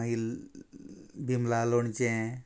मागीर बिमला लोणचें